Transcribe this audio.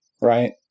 right